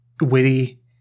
witty